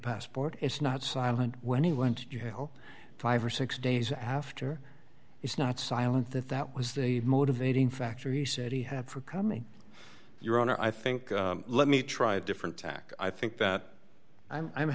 passport it's not silent when he went to jail five or six days after he's not silent that that was the motivating factor he said he had for coming your honor i think let me try a different tack i think that i'm